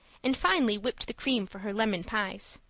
and finally whipped the cream for her lemon pies.